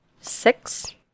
six